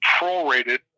prorated